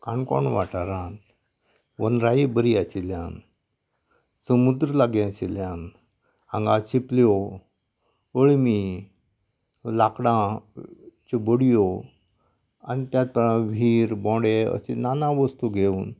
काणकोण वाठारांत वनराई बरी आशिल्ल्यान समुद्र लागीं आशिल्ल्यान हांगा चिपल्यो अळमीं लाकडां चुबूडयो आनी तेच प्रमाणे व्हीर बोंडे अश्यो ना ना वस्तूं घेवन